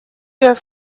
your